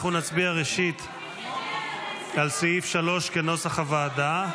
אנחנו נצביע ראשית על סעיף 3 כנוסח הוועדה.